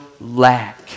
lack